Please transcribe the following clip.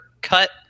cut